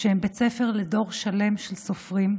שהם בית ספר לדור שלם של סופרים,